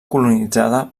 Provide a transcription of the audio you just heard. colonitzada